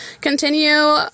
continue